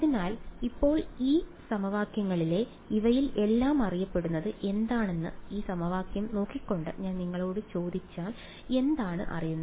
അതിനാൽ ഇപ്പോൾ ഈ സമവാക്യങ്ങളിലെ ഇവയിൽ എല്ലാം അറിയാവുന്നത് എന്താണെന്ന് ഈ സമവാക്യങ്ങൾ നോക്കിക്കൊണ്ട് ഞാൻ നിങ്ങളോട് ചോദിച്ചാൽ എന്താണ് അറിയുന്നത്